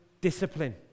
discipline